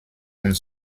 und